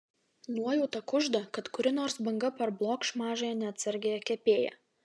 nuojauta kužda kad kuri nors banga parblokš mažąją neatsargiąją kepėją